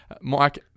Mike